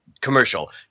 commercial